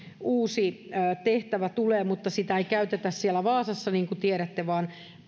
uusi tehtävä tulee mutta sitä ei käytetä siellä vaasassa niin kuin tiedätte vaan